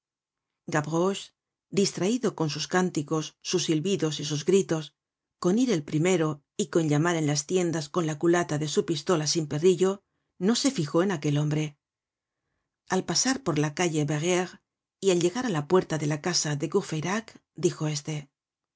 distraido con sus cánticos sus silbidos y sus gritos con ir el primero y con llamar en las tiendas con la culata de su pistola sin perrillo no se fijó en aquel hombre al pasar por la calle verrerie y al llegar á la puerta de la casa de courfeyrac dijo éste